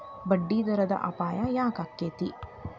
ಬಡ್ಡಿದರದ್ ಅಪಾಯ ಯಾಕಾಕ್ಕೇತಿ?